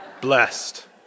blessed